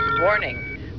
Warning